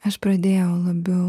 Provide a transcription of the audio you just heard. aš pradėjau labiau